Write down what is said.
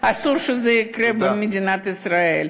אסור שזה יקרה במדינת ישראל.